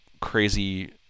crazy